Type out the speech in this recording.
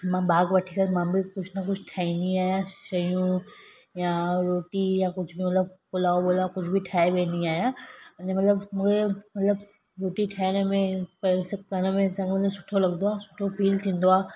मां भाग वठी करे मां बि कुझु न कुझु ठाहींदी आहियां शयूं या रोटी या कुझु बि मतिलब पुलाओ वुलाओ कुझु बि ठाहे वेंदी आहियां उने मतिलब मूंखे मतिलब रोटी ठाहिण में परसित करण में संघ हुने सुठो लॻंदो आहे सुठो फील थींदो आहे